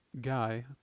guy